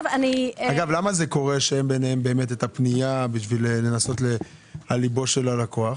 למה אין ביניהם תחרות על ליבו של הלקוח?